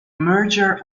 merger